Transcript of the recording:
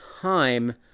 time